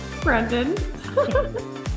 Brendan